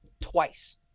twice